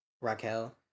Raquel